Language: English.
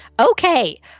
Okay